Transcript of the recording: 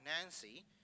Nancy